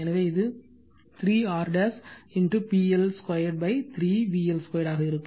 எனவே இது 3 R PL 23 VL 2ஆக இருக்கும்